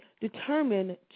determined